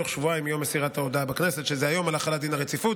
תוך שבועיים מיום מסירת ההודעה בכנסת על החלת דין הרציפות,